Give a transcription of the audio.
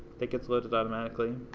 that gets loaded automatically.